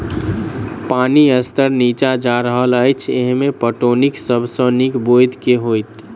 पानि स्तर नीचा जा रहल अछि, एहिमे पटौनीक सब सऽ नीक ब्योंत केँ होइत?